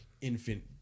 infant